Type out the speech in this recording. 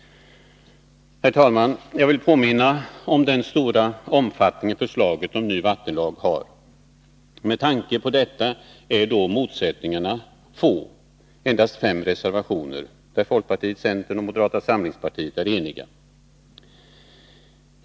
Herr talman! Jag vill påminna om den stora omfattning förslaget till ny vattenlag har. Med tanke på detta är motsättningarna få. Det finns endast fem reservationer, där folkpartiet, centern och moderaterna är eniga.